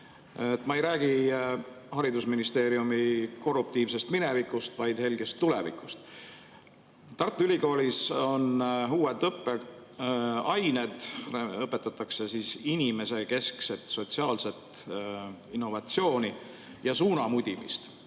Ma ei räägi haridusministeeriumi korruptiivsest minevikust, vaid helgest tulevikust. Tartu Ülikoolis on uued õppeained, õpetatakse inimesekeskset sotsiaalset innovatsiooni ja suunamudimist.